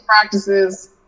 practices